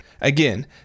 Again